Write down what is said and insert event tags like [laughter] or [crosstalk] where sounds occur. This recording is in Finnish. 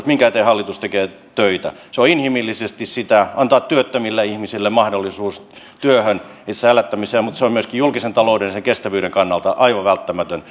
[unintelligible] minkä eteen hallitus tekee töitä se on inhimillisesti sitä antaa työttömille ihmisille mahdollisuus työhön itsensä elättämiseen mutta se on myöskin julkisen talouden ja sen kestävyyden kannalta aivan välttämätön [unintelligible]